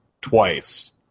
twice